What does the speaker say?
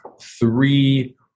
Three